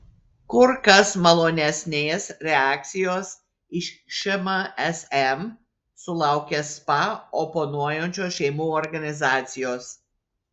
kur kas malonesnės reakcijos iš šmsm sulaukė spa oponuojančios šeimų organizacijos